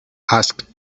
asked